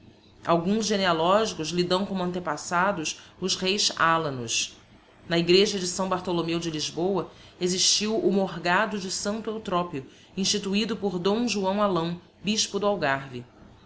alguns genealogicos lhes dão como antepassados os reis álanos na igreja de s bartholomeu de lisboa existiu o morgado de santo eutropio instituido por d joão alão bispo do algarve